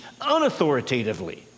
unauthoritatively